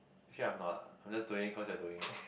actually I am not ah I'm just doing cause you're doing it